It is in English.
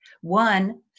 One